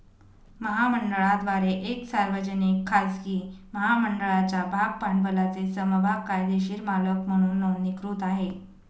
महामंडळाद्वारे एक सार्वजनिक, खाजगी महामंडळाच्या भाग भांडवलाचे समभाग कायदेशीर मालक म्हणून नोंदणीकृत आहे